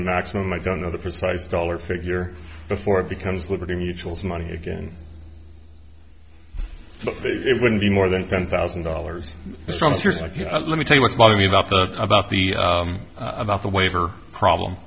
the maximum i don't know the precise dollar figure before it becomes liberty mutual's money again it wouldn't be more than ten thousand dollars but from here let me tell you what bothered me about the about the about the waiver problem